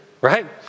right